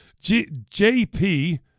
JP